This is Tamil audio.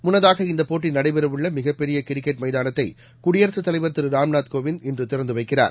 முன்னதாக இந்தப் போட்டி நடைபெறவுள்ள மிகப்பெரிய கிரிக்கெட் மைதானத்தை குடியரசுத் தலைவர் திரு ராம்நாத்கோவிந்த் இன்று திறந்து வைக்கிறார்